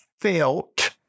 felt